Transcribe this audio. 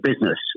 business